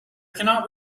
cannot